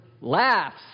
laughs